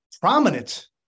prominent